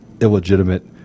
illegitimate